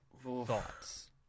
Thoughts